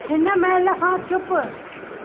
हिन महिल खां चुप